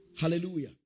Hallelujah